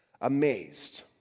amazed